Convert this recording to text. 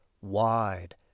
wide